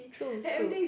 true true